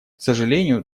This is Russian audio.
сожалению